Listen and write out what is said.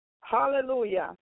Hallelujah